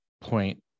point